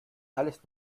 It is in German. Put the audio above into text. alles